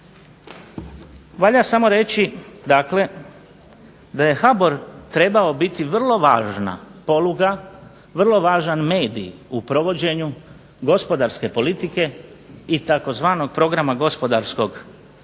Valja samo reći dakle da je HBOR trebao biti vrlo važna poluga, vrlo važan medij u provođenju gospodarske politike i tzv. programa gospodarskog razvoja,